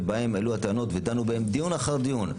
שבהם הועלו הטענות ודנו בהן דיון אחר דיון.